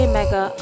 Mega